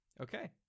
Okay